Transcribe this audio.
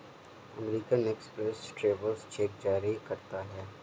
American express travellers cheque जारी करता है